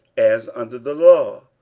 as under the law,